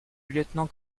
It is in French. lieutenant